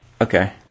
Okay